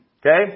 Okay